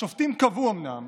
השופטים קבעו אומנם